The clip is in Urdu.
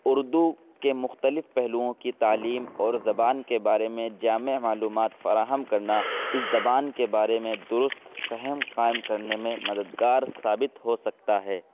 اردو کے مختلف پہلوؤں کی تعلیم اور زبان کے بارے میں جامع معلومات فراہم کرنا اس زبان کے بارے میں درست فہم قائم کرنے میں مددگار ثابت ہو سکتا ہے